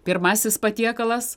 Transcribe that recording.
pirmasis patiekalas